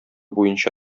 буенча